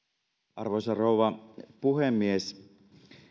arvoisa rouva puhemies